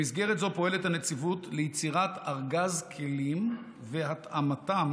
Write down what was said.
במסגרת זו פועלת הנציבות ליצירת ארגז כלים והתאמתם